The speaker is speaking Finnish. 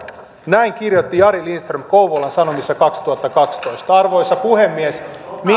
näin kirjoitti jari lindström kouvolan sanomissa kaksituhattakaksitoista arvoisa puhemies